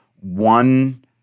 one